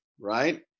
right